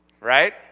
right